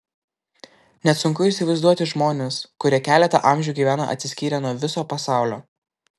net sunku įsivaizduoti žmones kurie keletą amžių gyvena atsiskyrę nuo viso pasaulio